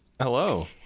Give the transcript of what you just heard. Hello